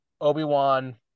Obi-Wan